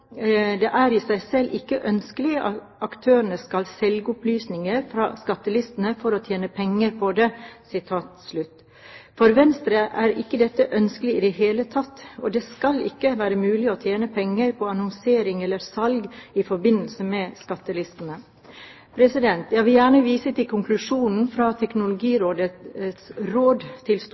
i seg selv ikke ønskelig at aktører skal kunne selge opplysningene fra skattelistene for å tjene penger på det.» For Venstre er ikke dette ønskelig i det hele tatt. Det skal ikke være mulig å tjene penger på annonsering eller salg i forbindelse med skattelistene. Jeg vil gjerne vise til konklusjonen fra Teknologirådets råd til